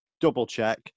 double-check